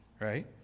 right